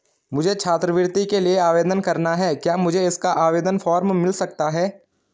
मुझे छात्रवृत्ति के लिए आवेदन करना है क्या मुझे इसका आवेदन फॉर्म मिल सकता है?